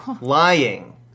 lying